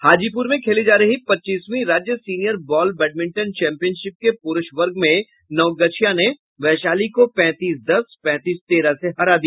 हाजीपुर में खेली जा रही पच्चीसवीं राज्य सीनियर बॉल बैडमिंटन चैंपियनशिप के पुरूष वर्ग में नवगछिया ने वैशाली को पैंतीस दस पैंतीस तेरह से हरा दिया